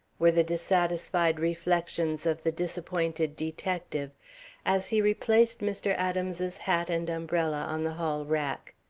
were the dissatisfied reflections of the disappointed detective as he replaced mr. adams's hat and umbrella on the hall rack.